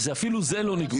מבחינתנו הלאה יש כמה דברים.